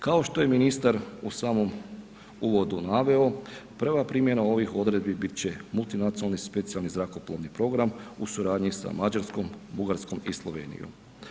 Kao što je ministar u samom uvodu naveo, prva primjena ovih odredbi bit će multinacionalni specijalni zrakoplovni program u suradnji sa Mađarskom, Bugarskom i Slovenijom.